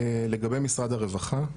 לגבי משרד הרווחה,